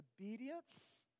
obedience